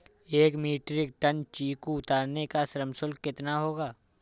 एक metric tonne चीकू उतारने का श्रम शुल्क कितना होगा?